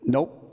Nope